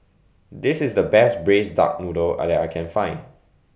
This IS The Best Braised Duck Noodle that I Can Find